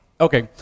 Okay